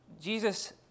Jesus